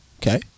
Okay